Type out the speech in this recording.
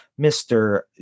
Mr